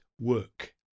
work